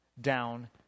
down